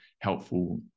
helpful